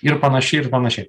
ir panašiai ir panašiai